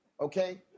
okay